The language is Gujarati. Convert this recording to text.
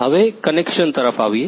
હવે કનેક્શન તરફ આવીએ